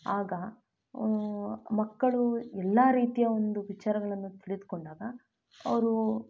ಆಗ ಮಕ್ಕಳು ಎಲ್ಲ ರೀತಿಯ ಒಂದು ವಿಚಾರಗಳನ್ನು ತಿಳಿದುಕೊಂಡಾಗ ಅವರು